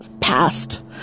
past